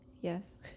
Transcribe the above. yes